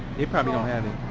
they probably don't have it